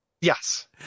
Yes